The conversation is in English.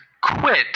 quit